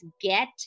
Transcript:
get